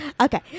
Okay